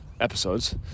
episodes